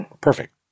Perfect